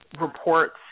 reports